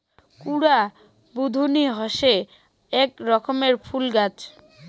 কুরা বুদনি হসে আক রকমের ফুল গাছ